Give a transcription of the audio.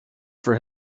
for